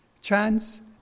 chance